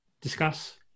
discuss